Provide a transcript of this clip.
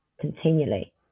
continually